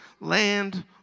land